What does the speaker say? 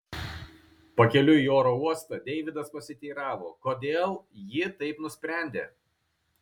pakeliui į oro uostą deividas pasiteiravo kodėl ji taip nusprendė